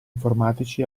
informatici